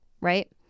Right